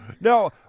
No